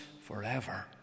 forever